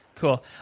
Cool